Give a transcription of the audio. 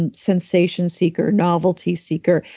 and sensation seeker, novelty seeker.